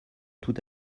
tout